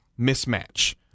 mismatch